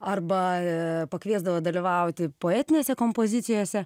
arba pakviesdavo dalyvauti poetinėse kompozicijose